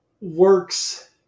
works